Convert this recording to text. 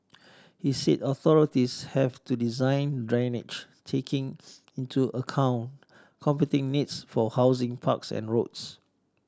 he said authorities have to design drainage taking into account competing needs for housing parks and roads